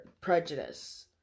prejudice